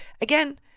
Again